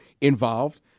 involved